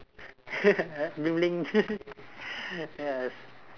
blink blink yes